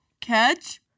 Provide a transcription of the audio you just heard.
catch